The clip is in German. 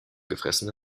gefressen